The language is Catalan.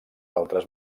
altres